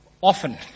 often